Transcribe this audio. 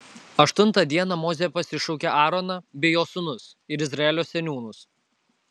aštuntą dieną mozė pasišaukė aaroną bei jo sūnus ir izraelio seniūnus